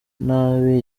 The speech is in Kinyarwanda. nabi